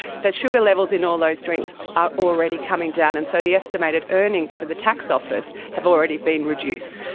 the sugar levels in all those drinks are already coming down. and so the estimated earnings for the tax office have already been reduced.